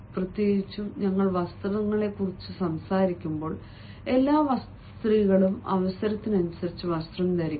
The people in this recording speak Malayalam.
പ്രത്യേകിച്ചും ഞങ്ങൾ വസ്ത്രങ്ങളെക്കുറിച്ച് സംസാരിക്കുമ്പോൾ എല്ലാ സ്ത്രീകളും അവസരത്തിനനുസരിച്ച് വസ്ത്രം ധരിക്കണം